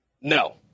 No